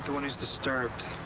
one who's disturbed.